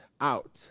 out